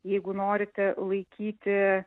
jeigu norite laikyti